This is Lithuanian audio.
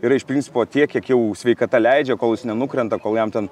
yra iš principo tiek kiek jau sveikata leidžia kol jis nenukrenta kol jam ten